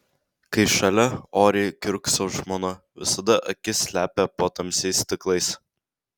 kai šalia oriai kiurkso žmona visada akis slepia po tamsiais stiklais